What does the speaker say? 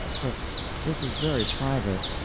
but this is very private.